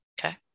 Okay